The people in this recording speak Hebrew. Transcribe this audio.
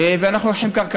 ואנחנו לוקחים קרקע.